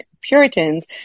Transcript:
Puritans